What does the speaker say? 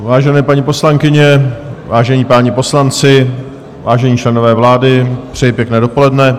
Vážené paní poslankyně, vážení páni poslanci, vážení členové vlády, přeji pěkné dopoledne.